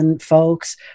folks